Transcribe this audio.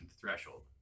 threshold